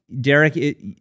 Derek